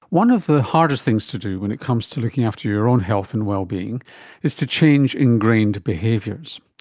one of the hardest things to do when it comes to looking after your own health and well-being is to change ingrained behaviours.